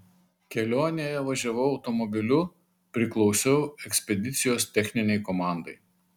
kelionėje važiavau automobiliu priklausiau ekspedicijos techninei komandai